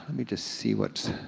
let me just see what's,